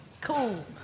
Cool